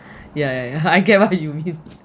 ya ya ya I get what you mean